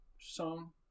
song